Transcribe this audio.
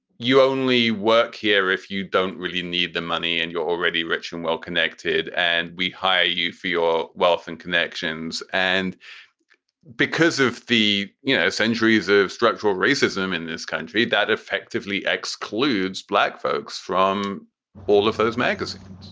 you only work here if you don't really need the money and you're already rich and well-connected and we hire you for your wealth and connections. and because of the, you know, centuries of structural racism in this country that effectively excludes black folks from all of those magazines